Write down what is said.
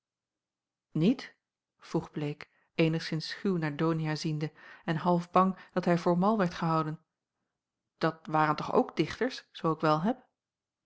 niet vroeg bleek eenigszins schuw naar donia ziende en half bang dat hij voor mal werd gehouden dat waren toch ook dichters zoo ik wel heb